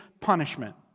punishment